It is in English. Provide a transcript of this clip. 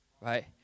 right